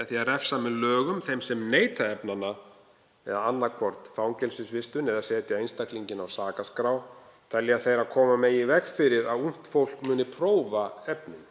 Með því að refsa með lögum þeim sem neyta efnanna með annaðhvort fangelsisvistun eða setja einstaklinginn á sakaskrá, telja þeir að koma megi í veg fyrir að ungt fólk muni prófa efnin.